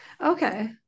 Okay